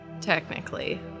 Technically